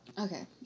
Okay